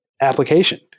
application